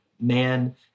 man